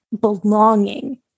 belonging